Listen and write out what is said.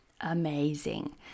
amazing